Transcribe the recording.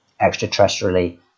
extraterrestrially